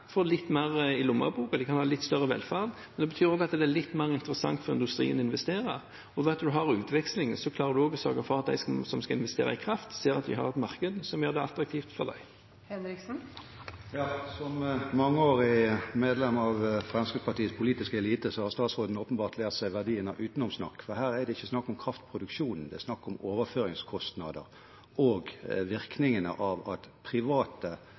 får litt mer i lommeboken, de kan ha litt større velferd, men det betyr også at det er litt mer interessant for industrien å investere. Ved at en har utveksling, klarer en også å sørge for at de som skal investere i kraft, ser at vi har et marked som gjør det attraktivt for dem. Som mangeårig medlem av Fremskrittspartiets politiske elite har statsråden åpenbart lært seg verdien av utenomsnakk. For her er det ikke snakk om kraftproduksjonen, det er snakk om overføringskostnader og virkningene av at private